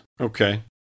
Okay